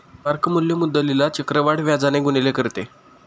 mark मूल्य मुद्दलीला चक्रवाढ व्याजाने गुणिले करते